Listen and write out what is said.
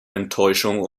enttäuschung